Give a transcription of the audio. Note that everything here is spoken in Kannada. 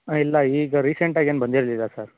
ಹಾಂ ಇಲ್ಲ ಈಗ ರೀಸೆಂಟಾಗಿ ಏನು ಬಂದಿರಲಿಲ್ಲ ಸರ್